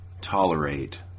tolerate